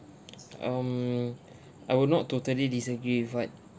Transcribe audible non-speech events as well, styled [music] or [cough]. um [breath] I would not totally disagree with what